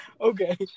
okay